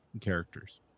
characters